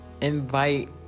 Invite